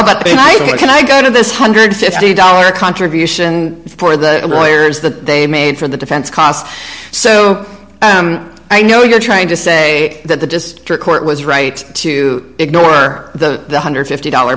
night can i go to this one hundred and fifty dollars contribution for the lawyers that they made for the defense costs so i know you're trying to say that the district court was right to ignore the one hundred and fifty dollar